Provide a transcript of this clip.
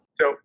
So-